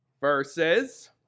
versus